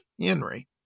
Henry